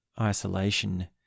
isolation